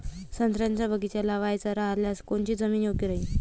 संत्र्याचा बगीचा लावायचा रायल्यास कोनची जमीन योग्य राहीन?